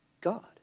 God